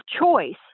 choice